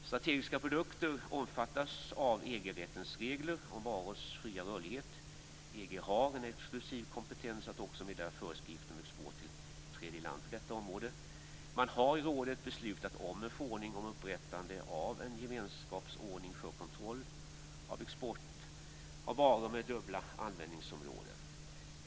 Strategiska produkter omfattas av EG-rättens regler om varors fria rörlighet. EG har en exklusiv kompetens att också meddela föreskrifter om export till tredje land på detta område. Man har i rådet beslutat om en förordning om upprättande av en gemenskapsordning för kontroll av export av varor med dubbla användningsområden.